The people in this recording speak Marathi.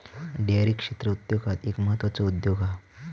डेअरी क्षेत्र उद्योगांत एक म्हत्त्वाचो उद्योग हा